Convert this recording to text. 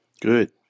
Good